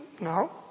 no